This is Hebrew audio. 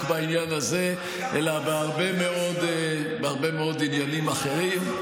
בעניין הזה אלא בהרבה מאוד עניינים אחרים,